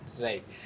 Right